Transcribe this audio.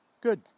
Good